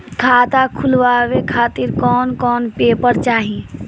खाता खुलवाए खातिर कौन कौन पेपर चाहीं?